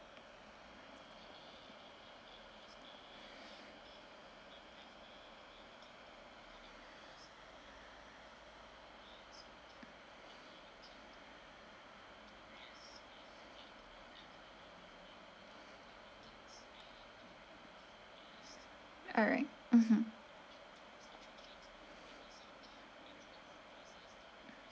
alright mmhmm